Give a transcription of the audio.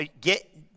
get